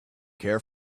care